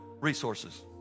resources